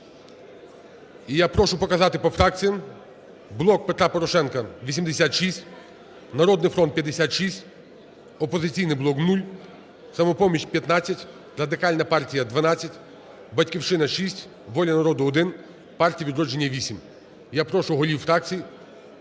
я прошу показати по фракціям.